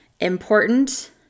important